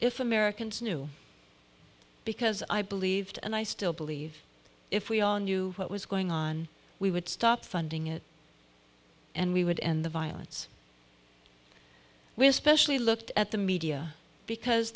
if americans knew because i believed and i still believe if we all knew what was going on we would stop funding it and we would end the violence we especially looked at the media because